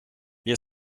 wir